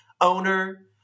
owner